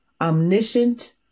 omniscient